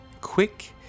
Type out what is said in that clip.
quick